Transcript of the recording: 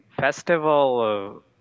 festival